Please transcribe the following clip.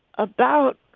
about,